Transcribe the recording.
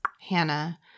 Hannah